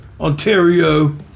Ontario